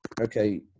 okay